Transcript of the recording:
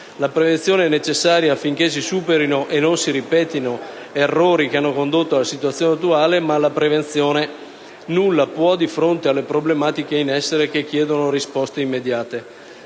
La prevenzione è necessaria affinché si superino e non si ripetano quegli errori che hanno condotto alla situazione attuale, ma la prevenzione nulla può di fronte alle problematiche in essere che chiedono risposte immediate.